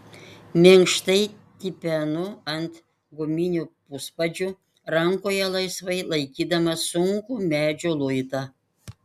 minkštai tipenu ant guminių puspadžių rankoje laisvai laikydamas sunkų medžio luitą